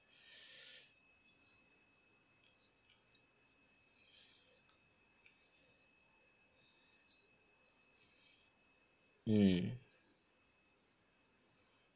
mm